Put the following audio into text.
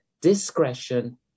discretion